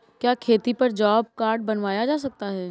क्या खेती पर जॉब कार्ड बनवाया जा सकता है?